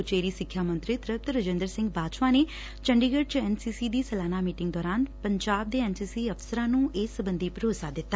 ਉਚੇਰੀ ਸਿੱਖਿਆ ਮੰਤਰੀ ਤ੍ਰਿਪਤ ਰਜਿੰਦਰ ਸਿੰਘ ਬਾਜਵਾ ਨੇ ਚੰਡੀਗੜ ਚ ਐਨ ਸੀ ਸੀ ਦੀ ਸਾਲਾਨਾ ਮੀਟਿੰਗ ਦੌਰਾਨ ਪੰਜਾਬ ਦੇ ਐਨ ਸੀ ਸੀ ਅਫ਼ਸਰਾਂ ਨੁੰ ਇਸ ਸਬੰਧੀ ਭਰੋਸਾ ਦਿੱਤਾ